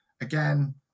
again